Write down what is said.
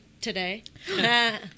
today